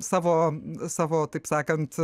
savo savo taip sakant